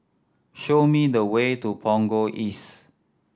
show me the way to Punggol East